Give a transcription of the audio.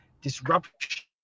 disruption